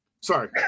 Sorry